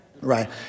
right